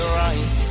right